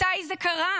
מתי זה קרה?